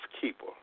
keeper